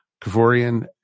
kavorian